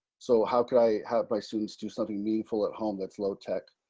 so how could i have my students do something meaningful at home that's low tech?